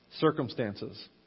circumstances